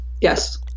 yes